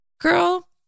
girl